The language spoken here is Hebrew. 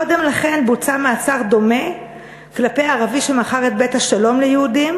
קודם לכן בוצע מעצר דומה כלפי ערבי שמכר את "בית השלום" ליהודים,